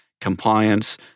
compliance